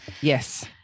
yes